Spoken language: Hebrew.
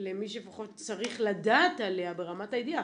למי שלפחות צריך לדעת עליה ברמת הידיעה,